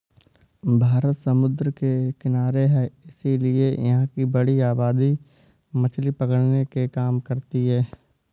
भारत समुद्र के किनारे है इसीलिए यहां की बड़ी आबादी मछली पकड़ने के काम करती है